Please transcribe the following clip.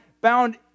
bound